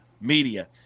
Media